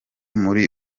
muri